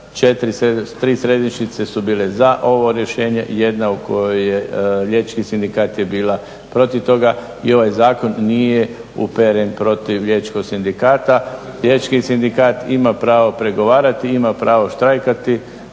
3 središnjice su bile za ovo rješenje, 1 u kojoj je Liječnički sindikat je bila protiv toga i ovaj zakon nije uperen protiv Liječničkog sindikata. Liječnički sindikat ima pravo pregovarati, ima pravo štrajkati,